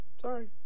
Sorry